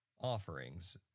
offerings